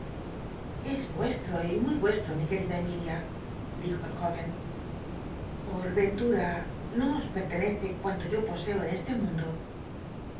es rucsii'oy muy vuestro mi querida ernilia dijo el joven por ventura no os pertenece cuanto yo poseo en c te mundo